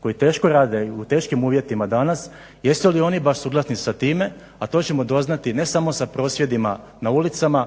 koji teško rade i u teškim uvjetima danas, jesu li oni baš suglasni sa time? A to ćemo doznati ne samo sa prosvjedima na ulicama,